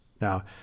Now